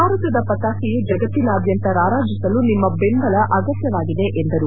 ಭಾರತದ ಪತಾಕೆಯು ಜಗತ್ತಿನಾದ್ಯಂತ ರಾರಾಜಿಸಲು ನಿಮ್ಮ ಬೆಂಬಲ ಅಗತ್ಯವಾಗಿದೆ ಎಂದರು